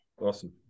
Awesome